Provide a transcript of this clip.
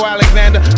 Alexander